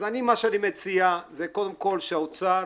אז מה שאני מציע הוא, קודם כול, שהאוצר